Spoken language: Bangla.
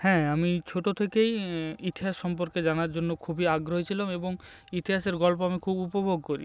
হ্যাঁ আমি ছোটো থেকেই ইতিহাস সম্পর্কে জানার জন্য খুবই আগ্রহী ছিলাম এবং ইতিহাসের গল্প আমি খুব উপভোগ করি